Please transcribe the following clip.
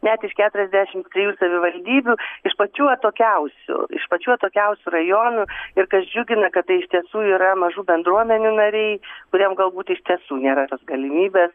net iš keturiasdešimt trijų savivaldybių iš pačių atokiausių iš pačių atokiausių rajonų ir kas džiugina kad tai iš tiesų yra mažų bendruomenių nariai kuriem galbūt iš tiesų nėra tos galimybės